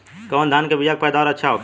कवन धान के बीया के पैदावार अच्छा होखेला?